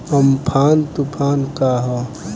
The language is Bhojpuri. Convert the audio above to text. अमफान तुफान का ह?